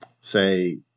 say